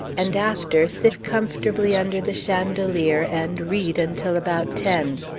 and after, sit comfortably under the chandelier and read until about ten.